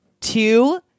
two